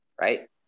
right